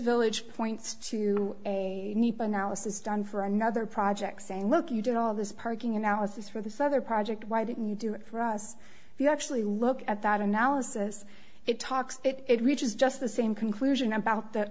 village points to a analysis done for another project saying look you get all this parking analysis for the souther project why didn't you do it for us if you actually look at that analysis it talks it reaches just the same conclusion about that